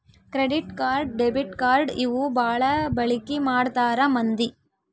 credit card debit card ಇವು ಬಾಳ ಬಳಿಕಿ ಮಾಡ್ತಾರ ಮಂದಿ